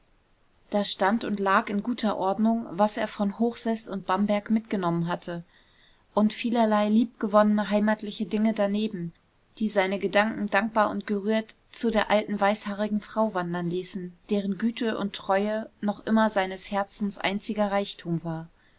da stand und lag in guter ordnung was er von hochseß und bamberg mitgenommen hatte und vielerlei liebgewonnene heimatliche dinge daneben die seine gedanken dankbar und gerührt zu der alten weißhaarigen frau wandern ließen deren güte und treue noch immer seines herzens einziger reichtum war